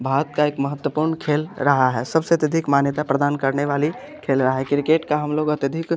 भारत का एक महत्वपूर्ण खेल रहा है सबसे अत्यधिक मान्यता प्रदान करने वाली खेल रहा है क्रिकेट का हम लोग अत्यधिक